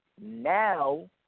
now